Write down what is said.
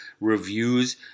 reviews